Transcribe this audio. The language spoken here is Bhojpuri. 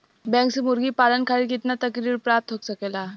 बैंक से मुर्गी पालन खातिर कितना तक ऋण प्राप्त हो सकेला?